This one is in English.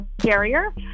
carrier